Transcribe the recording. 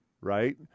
Right